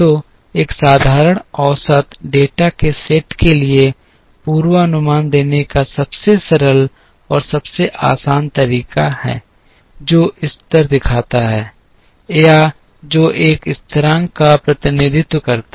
तो एक साधारण औसत डेटा के सेट के लिए पूर्वानुमान देने का सबसे सरल और सबसे आसान तरीका है जो स्तर दिखाता है या जो एक स्थिरांक का प्रतिनिधित्व करता है